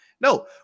No